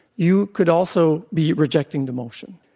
you could also be rejecting the motion.